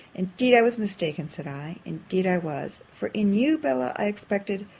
indeed i was mistaken, said i indeed i was for in you, bella, i expected,